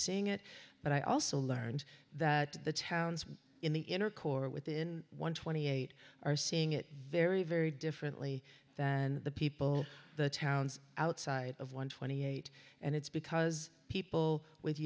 seeing it but i also learned that the towns in the inner core within one twenty eight are seeing it very very differently than the people the towns outside of one twenty eight and it's because people with